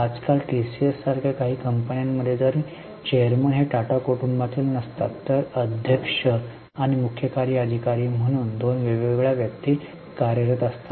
आजकाल टीसीएससारख्या काही कंपन्यांमध्ये जरी चेअरमन हे टाटा कुटुंबातील नसतात तर अध्यक्ष आणि मुख्य कार्यकारी अधिकारी म्हणून दोन वेगवेगळ्या व्यक्ती कार्यरत असतात